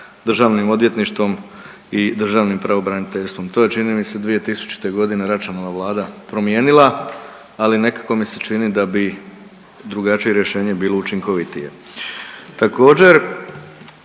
državnim odvjetništvom i državnim pravobraniteljstvom, to je čini mi se 2000.g. Račanova vlada promijenila, ali nekako mi se čini da bi drugačije rješenje bilo učinkovitije.